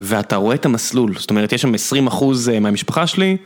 ואתה רואה את המסלול, זאת אומרת יש שם 20 אחוז מהמשפחה שלי.